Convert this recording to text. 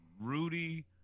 Rudy